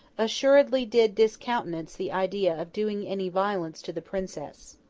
assuredly did discountenance the idea of doing any violence to the princess.